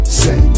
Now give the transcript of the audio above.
set